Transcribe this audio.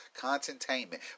contentainment